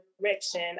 direction